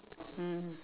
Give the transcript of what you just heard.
mm